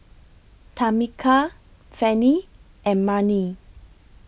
Tamika Fanny and Marni